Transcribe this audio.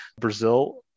Brazil